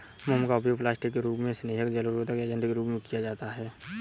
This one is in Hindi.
मोम का उपयोग प्लास्टिक के रूप में, स्नेहक, जलरोधक एजेंट के रूप में किया जाता है